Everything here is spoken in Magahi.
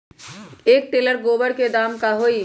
एक टेलर गोबर के दाम का होई?